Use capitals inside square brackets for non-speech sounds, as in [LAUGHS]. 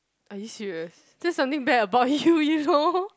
are you serious that's something bad about you you know [LAUGHS]